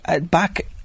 back